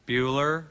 Bueller